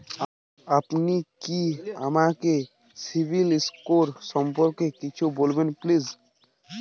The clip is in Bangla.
আপনি কি আমাকে সিবিল স্কোর সম্পর্কে কিছু বলবেন প্লিজ?